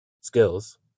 skills